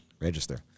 Register